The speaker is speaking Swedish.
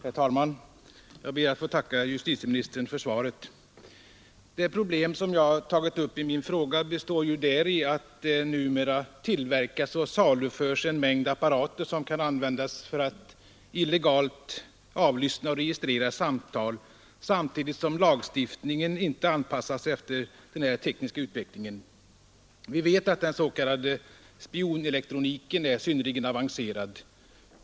Herr talman! Jag ber att få tacka justitieministern för svaret. Det problem som jag har tagit upp i min fråga består däri, att det numera tillverkas och saluförs en mängd apparater som kan användas för att illegalt avlyssna och registrera samtal, samtidigt som lagstiftningen inte har anpassats efter denna nya tekniska utveckling. Vi vet att den s.k. spionelektroniken är synnerligen avancerad.